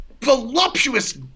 voluptuous